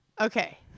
Okay